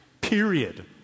period